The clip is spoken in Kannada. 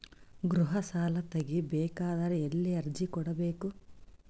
ಗೃಹ ಸಾಲಾ ತಗಿ ಬೇಕಾದರ ಎಲ್ಲಿ ಅರ್ಜಿ ಕೊಡಬೇಕು?